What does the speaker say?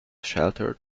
shelter